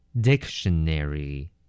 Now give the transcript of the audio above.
Dictionary